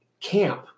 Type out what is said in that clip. camp